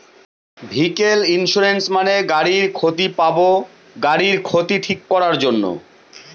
vehicle insurance মানে bank থেকে পাবো গাড়ির ক্ষতি ঠিক করাক জন্যে